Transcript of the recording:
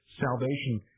salvation